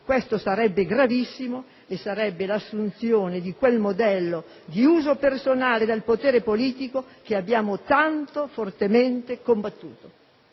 ciò sarebbe gravissimo: significherebbe l'assunzione di quel modello di uso personale del potere politico che abbiamo tanto, fortemente combattuto.